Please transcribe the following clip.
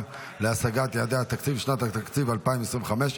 להשגת יעדי התקציב לשנת התקציב 2025)